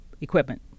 equipment